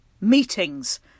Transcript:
meetings